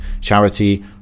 charity